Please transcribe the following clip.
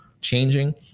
changing